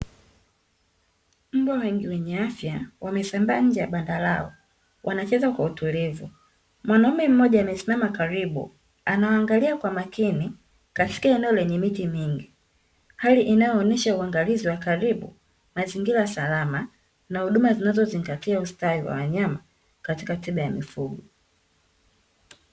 Mbwa wengi wenye afya wamesambaa nje ya banda lao wanacheza kwa utulivu. Mwanaume mmoja amesimama karibu anawaangalia kwa makini katika eneo lenye miti mingi hali inayoonesha uangalizi wa karibu, mazingira salama na huduma zinazozingatia ustawi wa wanyama katika tiba ya mifugo.